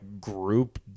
group